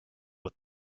with